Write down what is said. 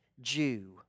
Jew